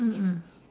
mm mm